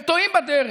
הם טועים בדרך,